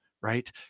right